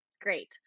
Great